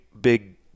big